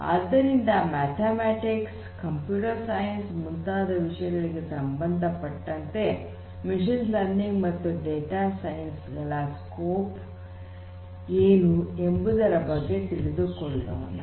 ಆದ್ದರಿಂದ mathematics computer science ಮುಂತಾದ ವಿಷಯಗಳಿಗೆ ಸಂಬಂಧಪಟ್ಟಂತೆ ಮಷೀನ್ ಲರ್ನಿಂಗ್ ಮತ್ತು ಡೇಟಾ ಸೈನ್ಸ್ ಗಳ ವ್ಯಾಪ್ತಿ ಏನು ಎಂಬುದರ ಬಗ್ಗೆ ತಿಳಿದುಕೊಳ್ಳೋಣ